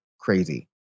crazy